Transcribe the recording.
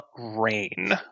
Rain